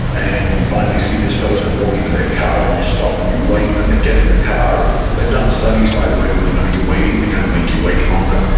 and you finally see this person walking to their car and you stop and you wait, and they get in the car. they've done studies, by the way, when they know you're waiting, they're going to make you wait longer.